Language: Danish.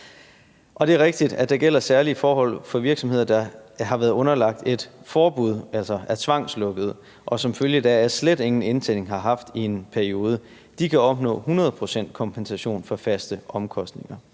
Det er rigtigt, at der gælder særlige forhold for virksomheder, der har været underlagt et forbud, altså er tvangslukkede, og som følge deraf slet ingen indtjening har haft i en periode. De kan opnå 100 pct. kompensation for faste omkostninger.